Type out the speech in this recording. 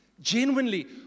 Genuinely